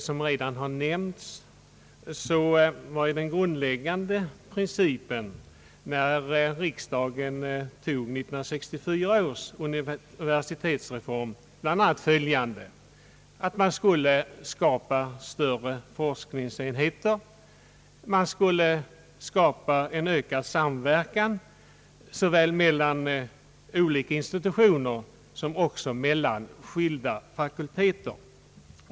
Som redan nämnts var den grundläggande principen när riksdagen antog 1964 års universitetsreform att man skulle skapa större forskningsenheter och en ökad samverkan såväl mellan olika institutioner som mellan skilda fakulteter.